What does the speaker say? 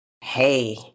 hey